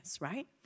right